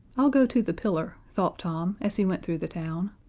i'll go to the pillar, thought tom, as he went through the town.